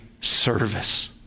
service